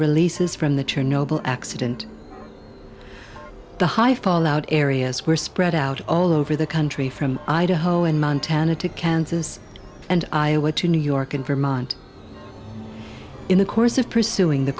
releases from the chernobyl accident the high fallout areas were spread out all over the country from idaho and montana to kansas and iowa to new york and vermont in the course of pursuing the